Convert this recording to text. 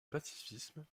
pacifisme